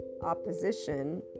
opposition